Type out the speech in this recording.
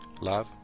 love